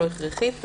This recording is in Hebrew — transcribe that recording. לא הכרחית,